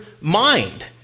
mind